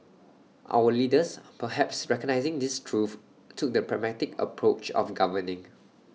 our leaders perhaps recognising this truth took the pragmatic approach of governing